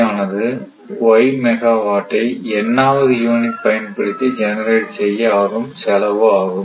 ஆனது y மெகாவாட்டை N ஆவது யூனிட் பயன்படுத்தி ஜெனரேட் செய்ய ஆகும் செலவு ஆகும்